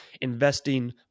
investing